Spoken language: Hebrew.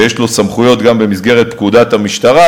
ויש לו סמכויות גם במסגרת פקודת המשטרה,